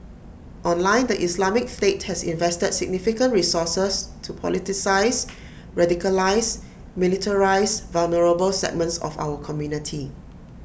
online the Islamic state has invested significant resources to politicise radicalise militarise vulnerable segments of our community